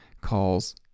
calls